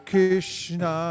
Krishna